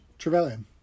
Trevelyan